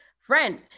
friend